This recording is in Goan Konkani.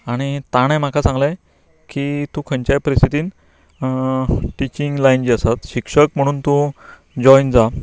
आनी तांणे म्हाका सांगलें की तूं खंयच्याय परिस्थितींत टिचींग लायन जी आसा शिक्षक म्हणून तूं ज्यॉयन जा